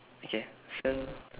okay so